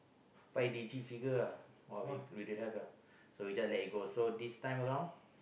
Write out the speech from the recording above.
five digit figure ah !wah! we we don't have ah so we just let it go so this time around